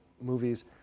movies